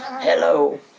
Hello